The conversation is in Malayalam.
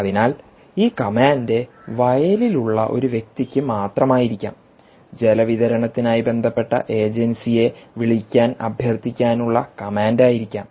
അതിനാൽ ഈ കമാൻഡ് വയലിലുള്ള ഒരു വ്യക്തിക്ക് മാത്രമായിരിക്കാം ജലവിതരണത്തിനായി ബന്ധപ്പെട്ട ഏജൻസിയെ വിളിക്കാൻ അഭ്യർത്ഥിക്കാനുള്ള കമാൻഡ് ആയിരിക്കാം